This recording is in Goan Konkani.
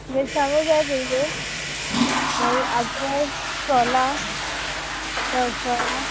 मिरसांगू जाय पयल्यो मागीर आगोळ सोलां तळफळां